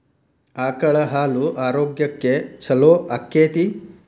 ಆಕಳ ಹಾಲು ಆರೋಗ್ಯಕ್ಕೆ ಛಲೋ ಆಕ್ಕೆತಿ?